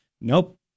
Nope